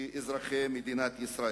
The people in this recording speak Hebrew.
כאזרחי מדינת ישראל.